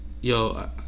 yo